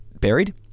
buried